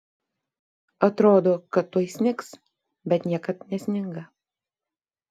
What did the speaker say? atrodo kad tuoj snigs bet niekad nesninga